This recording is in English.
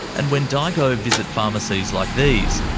and when daigou visit pharmacies like these,